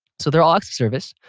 so there are acts of service.